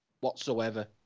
whatsoever